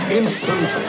instant